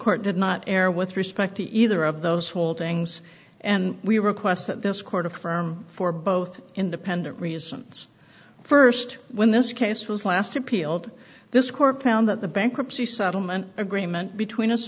court did not air with respect to either of those holdings and we request that this court affirm for both independent reasons st when this case was last appealed this court found that the bankruptcy settlement agreement between us